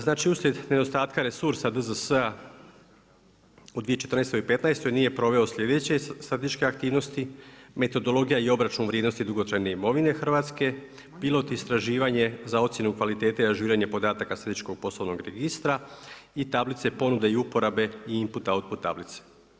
Znači uslijed nedostatka resursa DZS-a u 2014. i 2015. nije proveo sljedeće statističke aktivnosti, metodologija i obračun vrijednosti dugotrajne imovine Hrvatske, pilot istraživanje za ocjenu kvalitete i ažuriranje podataka statističkog poslovnog registra i tablice ponude i uporabe i input output tablice.